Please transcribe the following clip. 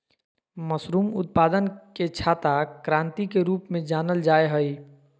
mushroom उत्पादन के छाता क्रान्ति के रूप में जानल जाय हइ